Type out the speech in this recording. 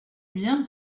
bien